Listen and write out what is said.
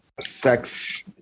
sex